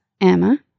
Emma